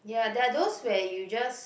ya there are those where you just